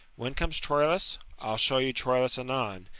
when comes troilus? i'll show you troilus anon.